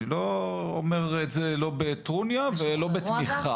אני לא אומר את זה לא בטרוניה ולא בתמיכה.